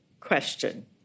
question